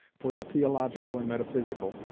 for the theological and metaphysical,